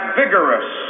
vigorous